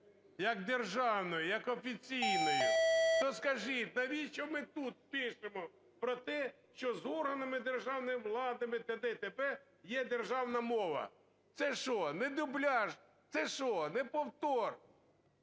як державною, як офіційною. То скажіть, навіщо ми тут пишемо про те, що з органами державної влади і т.д. і т.п. є державна мова? Це що, не дубляж? Це що, не повтор?